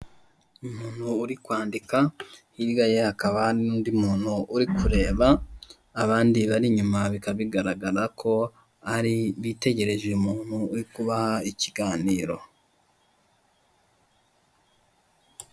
Kuri iyi shusho ya gatatu ndabona ibinyabiziga by'abashinzwe umutekano wo mu Rwanda, ikinyabiziga kimwe gifite ikarita y'ikirango k'ibinyabiziga, gifite inyuguti ra na pa nomero magana abiri na makumyabiri na kane na.